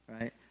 right